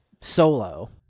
solo